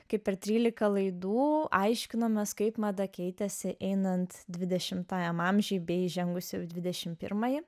kaip ir trylika laidų aiškinomės kaip mada keitėsi einant dvidešimtajam amžiui bei įžengus į dvidešimt pirmąjį